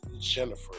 jennifer